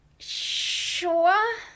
sure